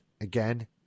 again